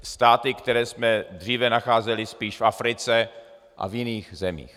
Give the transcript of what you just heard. Státy, které jsme dříve nacházeli spíše v Africe a v jiných zemích.